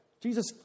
Jesus